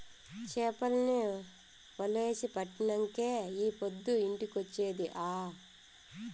చేపల్ని వలేసి పట్టినంకే ఈ పొద్దు ఇంటికొచ్చేది ఆ